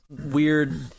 weird